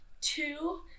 two